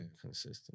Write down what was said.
consistent